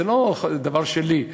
זה לא דבר שלי.